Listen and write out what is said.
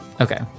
okay